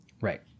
Right